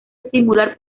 estimular